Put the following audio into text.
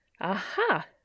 Aha